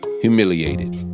humiliated